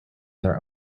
their